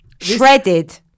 Shredded